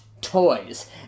toys